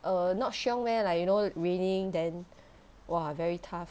err not 凶 meh like you know raining then !wah! very tough